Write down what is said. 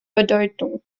bedeutung